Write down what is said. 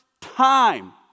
time